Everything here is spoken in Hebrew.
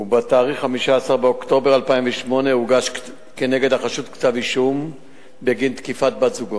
ובתאריך 15 באוקטובר 2008 הוגש כנגדו כתב-אישום בגין תקיפת בת-זוגו,